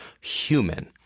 human